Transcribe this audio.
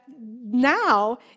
now